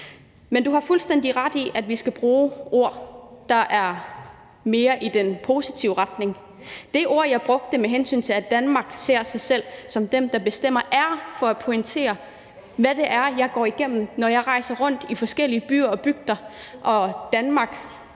Men du har fuldstændig ret i, at vi skal bruge ord, der er mere i den positive retning. De ord, jeg brugte, om, at Danmark ser sig selv som den, der bestemmer, brugte jeg for at pointere, hvad det er, jeg går igennem, når jeg rejser rundt i forskellige byer og bygder og hører,